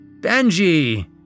Benji